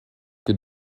que